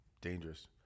dangerous